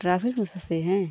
traffic में फसे हैं